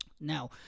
Now